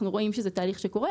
אנחנו רואים שזה תהליך שקורה.